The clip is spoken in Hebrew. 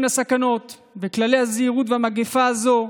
לסכנות ולכללי הזהירות מהמגפה הזאת,